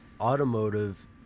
automotive